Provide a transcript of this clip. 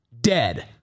dead